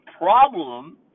problem